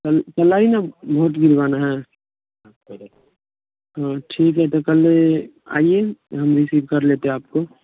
कल कल आएंगे वोट गिरवाना है हाँ ठीक है तो कल ही आइए हम रिसीव कर लेते हैं आपको